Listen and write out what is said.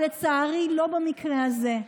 אבל לצערי, לא במקרה הזה,